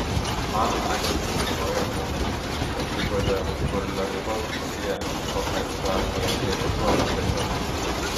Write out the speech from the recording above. man akys ašaroja nuo dūmų pasiguodė burleskos šokėja paklausta apie ėriuko kepimą